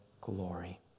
glory